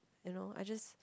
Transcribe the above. you know I just